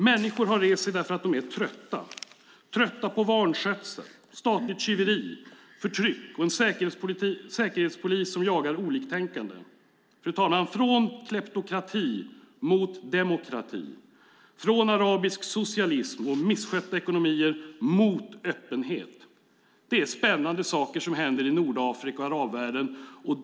Människor har rest sig därför att de är trötta på vanskötsel, statligt tjuveri, förtryck och en säkerhetspolis som jagar oliktänkande. Fru talman! Från kleptokrati mot demokrati och från arabisk socialism och misskötta ekonomier mot öppenhet - det är spännande saker som händer i Nordafrika och arabvärlden.